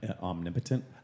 omnipotent